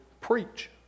preach